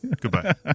Goodbye